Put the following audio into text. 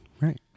right